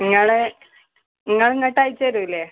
നിങ്ങൾ നിങ്ങൾ ഇങ്ങോട്ട് അയച്ച് തരില്ലേ